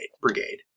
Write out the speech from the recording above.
brigade